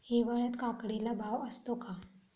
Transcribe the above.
हिवाळ्यात काकडीला भाव असतो का?